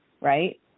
right